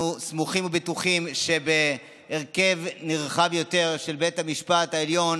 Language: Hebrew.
אנחנו סמוכים ובטוחים שבהרכב נרחב יותר של בית המשפט העליון